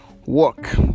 work